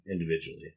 individually